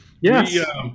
Yes